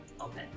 Okay